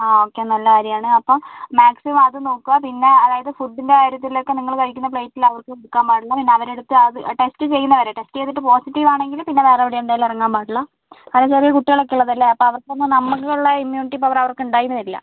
ആ ഒക്കെ നല്ല കാര്യമാണ് അപ്പം മാക്സിമം അത് നോക്കുക പിന്നെ അതായത് ഫുഡിൻ്റെ കാര്യത്തിലൊക്കെ നിങ്ങൾ കഴിക്കുന്ന പ്ലേറ്റ് ആർക്കും കൊടുക്കാൻ പാടില്ല പിന്നെ അവരടുത്ത് ടെസ്റ്റ് ചെയ്യുന്ന വരെ ടെസ്റ്റ് ചെയ്തിട്ട് പോസിറ്റീവ് ആണെങ്കിൽ പിന്നെ വേറെ എവിടെയും എന്തായാലും ഇറങ്ങാൻ പാടില്ല അത് ചെറിയ കുട്ടികൾ ഒക്കെ ഉള്ളത് അല്ലെ അവർക്ക് നമുക്ക് ഉള്ള ഇമ്മ്യൂണിറ്റി പവർ അവർക്ക് ഉണ്ടായി എന്ന് വരില്ല